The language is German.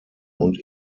und